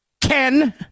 Ken